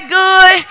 good